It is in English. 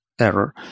error